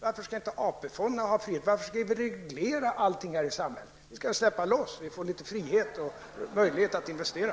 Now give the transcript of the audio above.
Varför skall inte AP-fonderna ha frihet? Varför skall vi reglera allting i samhället? Vi borde släppa loss, så vi får litet frihet och möjlighet att investera.